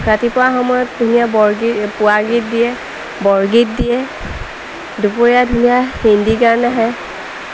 ৰাতিপুৱা সময়ত ধুনীয়া বৰগীত পুৱা গীত দিয়ে বৰগীত দিয়ে দুপৰীয়া ধুনীয়া হিন্দী গান আহে